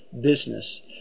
business